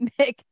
Mick